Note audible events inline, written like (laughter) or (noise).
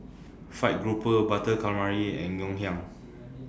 Fried Grouper Butter Calamari and Ngoh Hiang (noise)